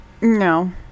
No